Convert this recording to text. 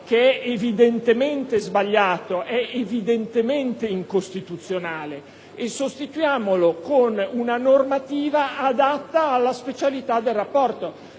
che è evidentemente sbagliato e incostituzionale, e sostituiamolo con una normativa adatta alla specialità del rapporto.